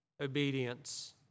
obedience